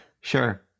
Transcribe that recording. sure